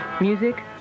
music